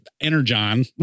Energon